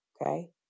Okay